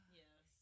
yes